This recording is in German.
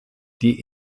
die